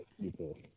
people